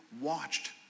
watched